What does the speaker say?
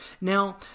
Now